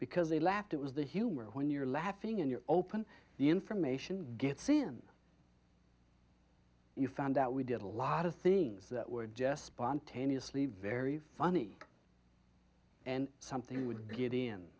because they laughed it was the humor when you're laughing and you're open the information gets in you found out we did a lot of things that were just spontaneously very funny and something you would get in